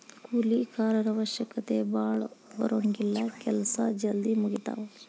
ಕೂಲಿ ಕಾರರ ಅವಶ್ಯಕತೆ ಭಾಳ ಬರುಂಗಿಲ್ಲಾ ಕೆಲಸಾ ಜಲ್ದಿ ಮುಗಿತಾವ